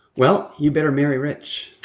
well, you better marry rich.